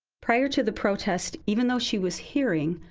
prior to the protest, even though she was hearing,